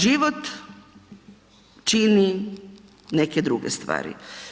Život čini neke druge stvari.